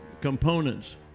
components